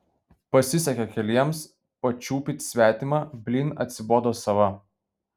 pasisekė keliems pačiupyt svetimą blyn atsibodo sava